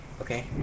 Okay